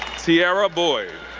tiarra boyd,